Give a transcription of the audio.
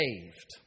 saved